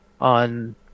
on